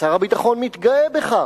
ושר הביטחון מתגאה בכך.